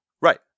Right